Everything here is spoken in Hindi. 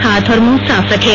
हाथ और मुंह साफ रखें